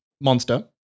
Monster